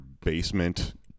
basement